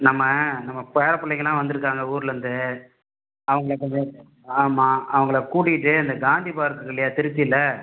நம்ம நம்ம பேரபுள்ளைங்களாம் வந்துருக்காங்க ஊர்லேந்து அவங்கள கொஞ்சம் ஆமாம் அவங்களை கூட்டிக்கிட்டு இந்த காந்தி பார்க் இருக்குல்லையா திருச்சியில்